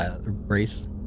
race